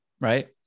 Right